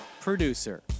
Producer